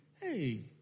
Hey